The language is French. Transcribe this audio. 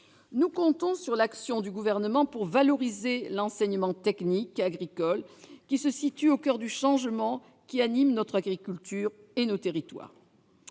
Nous comptons sur l'action du Gouvernement pour valoriser l'enseignement technique agricole, car il se situe au coeur du changement qui anime notre agriculture et nos territoires.